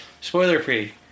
spoiler-free